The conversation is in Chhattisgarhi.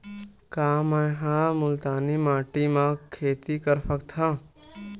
का मै ह मुल्तानी माटी म खेती कर सकथव?